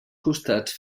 costats